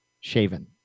shaven